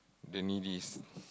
the needies